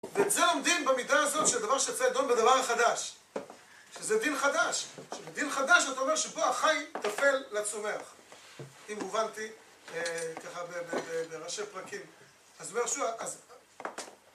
ואת זה לומדים במידה הזאת, שזה דבר שיוצא ידו בדבר החדש. שזה דיל חדש. שבדיל חדש, אתה אומר שבו החי טפל לצומח. אם הובנתי, ככה ב... ב... ב... בראשי פרקים. אז אומר יהושע